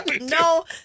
No